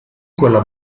quella